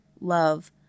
love